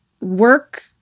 work